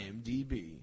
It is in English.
IMDb